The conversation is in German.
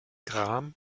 gram